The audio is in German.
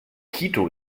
quito